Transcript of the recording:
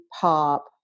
pop